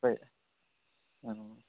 ꯍꯣꯏ ꯎꯝ